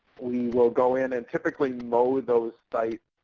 we will go in and typically mow those sites